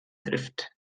trifft